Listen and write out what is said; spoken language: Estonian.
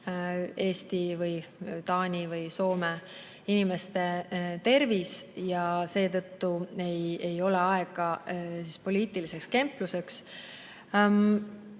Eesti või Taani või Soome inimeste tervis ja seetõttu ei ole aega poliitiliseks kempluseks.